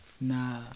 Nah